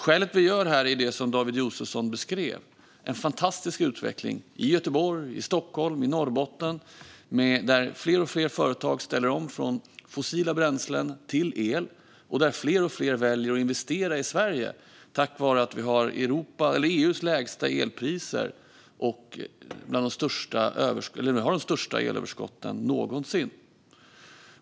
Skälet är precis det som David Josefsson beskrev: en fantastisk utveckling - i Göteborg, i Stockholm, i Norrbotten - där fler och fler företag ställer om från fossila bränslen till el och där fler och fler väljer att investera i Sverige, tack vare att vi har EU:s lägsta elpriser och de största elöverskotten någonsin.